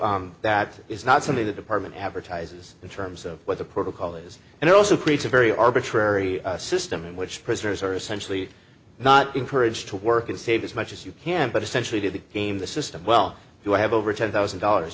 that is not something the department advertises in terms of what the protocol is and it also creates a very arbitrary system in which prisoners are essentially not encouraged to work and save as much as you can but essentially to the game the system well you have over ten thousand dollars